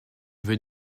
veux